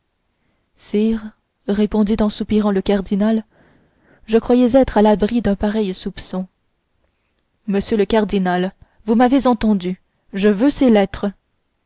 sire répondit en soupirant le cardinal je croyais être à l'abri d'un pareil soupçon monsieur le cardinal vous m'avez entendu je veux ces lettres